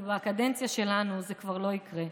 כי בקדנציה שלנו זה כבר לא יקרה.